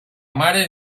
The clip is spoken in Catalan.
mare